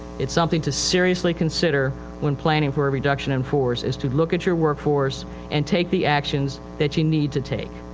something to seriously consider when planning for a reduction in force. is to look at your workforce and take the actions that you need to take.